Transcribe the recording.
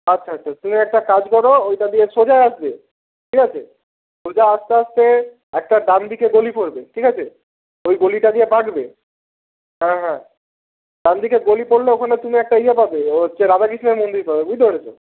আচ্ছা আচ্ছা তুমি একটা কাজ কর ওইটা দিয়ে সোজা আসবে ঠিক আছে সোজা আসতে আসতে একটা ডানদিকে গলি পড়বে ঠিক আছে ওই গলিটা দিয়ে বাঁকবে হ্যাঁ হ্যাঁ ডান দিকে গলি পড়ল ওখানে তুমি একটা ইয়ে পাবে হচ্ছে রাধাকৃষ্ণের মন্দির পাবে বুঝতে পেরেছ